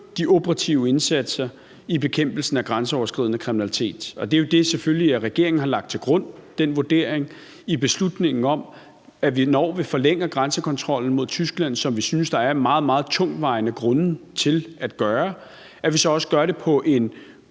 de operative indsatser i bekæmpelsen af grænseoverskridende kriminalitet, og det er jo den vurdering, selvfølgelig, regeringen har lagt til grund i beslutningen om, at vi, når vi forlænger grænsekontrollen mod Tyskland, som vi synes der er meget, meget tungtvejende grunde til at gøre, så også gør det på en